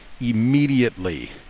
immediately